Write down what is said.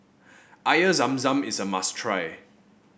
Air Zam Zam is a must try